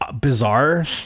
bizarre